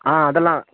ஆ அதெல்லாம்